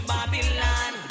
Babylon